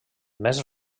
més